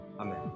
Amen